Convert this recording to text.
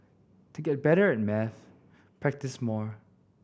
to get better at maths practise more